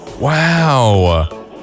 Wow